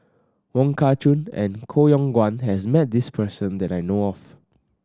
Wong Kah Chun and Koh Yong Guan has met this person that I know of